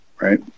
right